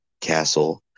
castle